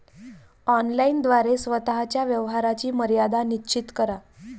online द्वारे स्वतः च्या व्यवहाराची मर्यादा निश्चित करा